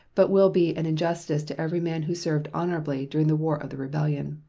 but will be an injustice to every man who served honorably during the war of the rebellion.